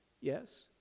yes